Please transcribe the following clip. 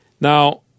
Now